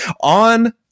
on